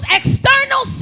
external